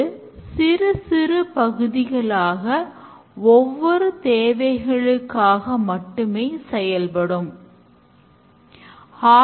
அதன்பின் software உருவாக்கப்பட்டு பயனாளிகளிடமிருந்து feedback பெறப்படுகிறது